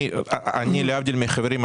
להבדיל מהחברים,